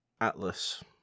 Atlas